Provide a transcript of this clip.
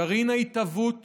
גרעין ההתהוות